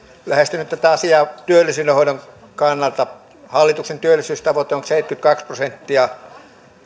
lähestyn nyt tätä asiaa työllisyydenhoidon kannalta hallituksen työllisyystavoite on seitsemänkymmentäkaksi prosenttia